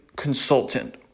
Consultant